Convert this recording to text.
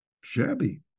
shabby